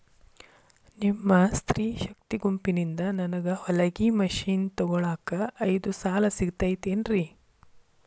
ನಿಮ್ಮ ಸ್ತ್ರೇ ಶಕ್ತಿ ಗುಂಪಿನಿಂದ ನನಗ ಹೊಲಗಿ ಮಷೇನ್ ತೊಗೋಳಾಕ್ ಐದು ಸಾಲ ಸಿಗತೈತೇನ್ರಿ?